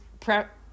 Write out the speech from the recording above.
prep